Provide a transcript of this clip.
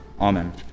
Amen